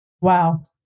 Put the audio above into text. Wow